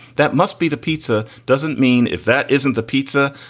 that must be the pizza. doesn't mean if that isn't the pizza,